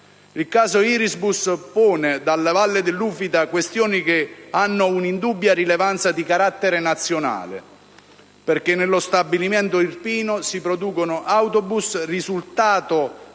Il caso Irisbus pone dalla Valle dell'Ufita questioni che hanno una indubbia rilevanza di carattere nazionale perché nello stabilimento irpino si producono autobus, risultato